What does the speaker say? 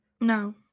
no